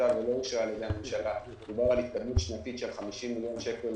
שנבנתה ולא אושרה על ידי הממשלה דובר על התקדמות שנתית של 50 מיליון שקל